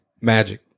Magic